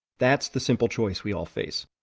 that's the simple choice we all face.